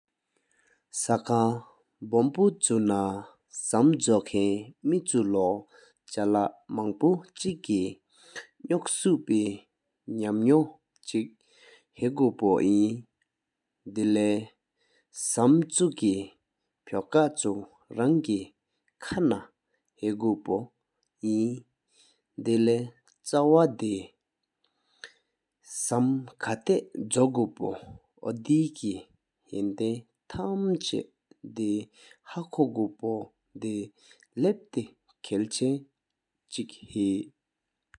ཤ་ཁང་བོམ་པུ་ཆུ་ན་ཤམ་ཇོ་ཁན་མེ་ཆུ་ལོ་ཆ་ལ་མོང་ཕུ་ཆུ་སྐེ་ནོག་སུ་པེ་ནམ་ནོང་ཆེག་ཧ་གོ་པོ་ཨིན། ད་ལས་ཤམ་ཆུ་ཀེ་ཕོ་པ་ཆུ་རང་ཁེ་ཁ་ན་ཧ་གོ་པོ་ཨིན། ད་ལས་ཆ་བ་དེ་ཤམ་ཁ་ཐད་ཇོ་སྐོ་པོ་ཨོ་དེ་ཀེ་ཡན་ཏེན་ཐམ་ཆེ་དེ་ཧ་ཁོ་གོ་པོ་དེ་ལབ་ཏེ་ཁལ་ཆེན་ཆེག་ཧེ།